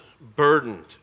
burdened